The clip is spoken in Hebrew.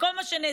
בכל מה שנעשה,